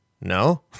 No